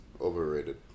Overrated